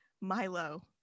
Milo